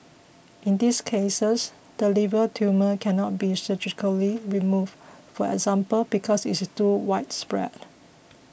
in these cases the liver tumour cannot be surgically removed for example because it is too widespread